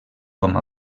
com